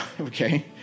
Okay